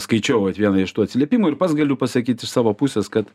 skaičiau vat vieną iš tų atsiliepimų ir pats galiu pasakyt iš savo pusės kad